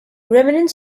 remnants